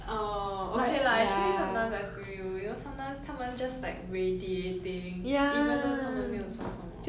oh okay lah actually sometimes I feel you you know sometimes 他们 just like radiating even though 他们没有做什么